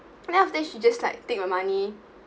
and then after that she just like take my money